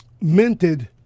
minted